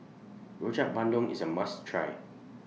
Rojak Bandung IS A must Try